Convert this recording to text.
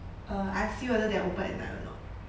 err I see whether they open at night or not